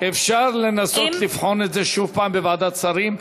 אפשר לנסות לבחון את זה פעם נוספת בוועדת שרים.